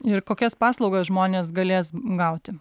ir kokias paslaugas žmonės galės gauti